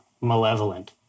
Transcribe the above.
malevolent